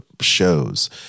shows